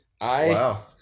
wow